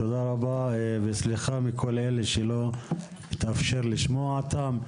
תודה רבה, וסליחה מכל אלה שלא התאפשר לשמוע אותם.